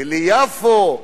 המזרחית וליפו,